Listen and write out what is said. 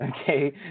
okay